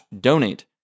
donate